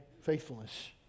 faithfulness